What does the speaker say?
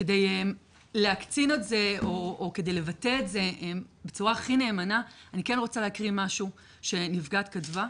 כדי לבטא את זה בצורה הכי נאמנה אני כן רוצה להקריא משהו שנפגעת כתבה.